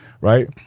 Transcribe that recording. right